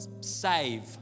save